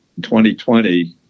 2020